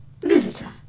visitor